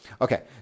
Okay